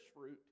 fruit